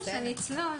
הכללית.